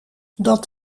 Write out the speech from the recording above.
dat